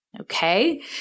Okay